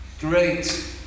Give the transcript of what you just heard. Great